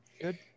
Good